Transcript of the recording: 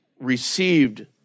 received